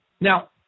Now